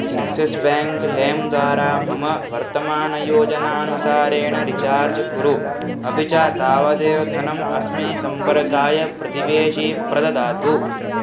Axis bank लेम् द्वारा मम वर्तमानयोजनानुसारेण रिचार्ज् कुरु अपि च तावदेव धनम् अस्मै सम्पर्काय प्रतिवेशी प्रददातु